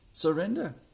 surrender